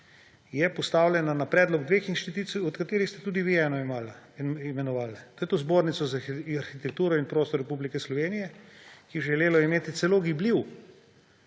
je postavljena na predlog dveh inštitucij, od katerih ste tudi vi eno imenovali, to je Zbornica za arhitekturo in prostor Slovenije, ki je želela imeti celo gibljiv